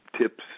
tips